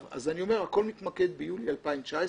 אז אני אומר שהכול מתמקד ביולי 2019,